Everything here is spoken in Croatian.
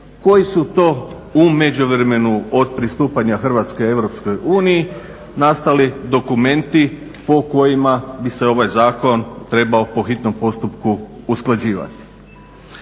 koji su to u međuvremenu od pristupanja Hrvatske Europskoj uniji nastali dokumenti po kojima bi se ovaj zakon trebao po hitnom postupku usklađivati.